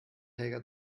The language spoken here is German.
helga